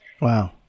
Wow